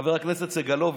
חבר הכנסת סגלוביץ',